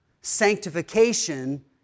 Sanctification